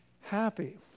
happy